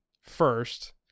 first